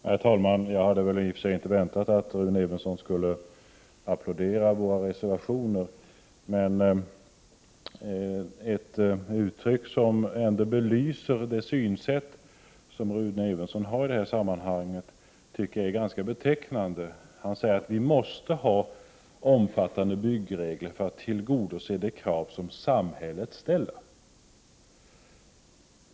Herr talman! Jag hade i och för sig inte väntat mig att Rune Evensson skulle applådera våra reservationer. Ett uttryck som belyser det synsätt som Rune Evensson har i detta sammanhang är ganska betecknande. Han säger att vi måste ha omfattande byggregler för att tillgodose de krav som samhället ställer.